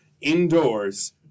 indoors